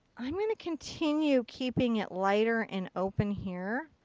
i'm going to continue keeping it lighter and open here.